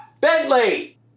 Bentley